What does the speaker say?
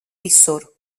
visur